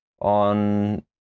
on